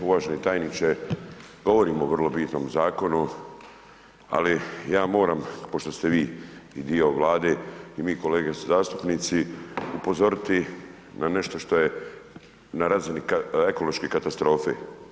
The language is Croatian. Uvaženi tajniče, govorimo o vrlo bitnom zakonu, ali ja moram, pošto ste vi i dio vlade i mi kolege zastupnici, upozoriti na nešto što je na razini ekološke katastrofe.